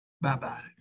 Bye-bye